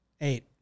eight